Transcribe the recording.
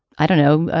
i don't know,